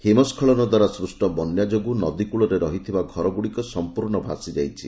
ହିମସ୍କଳନ ଦ୍ୱାରା ସୃଷ୍ଟ ବନ୍ୟା ଯୋଗୁଁ ନଦୀ କୂଳରେ ରହିଥିବା ଘରଗୁଡ଼ିକ ସମ୍ପୂର୍ଣ୍ଣ ଭାସିଯାଇଛି